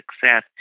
success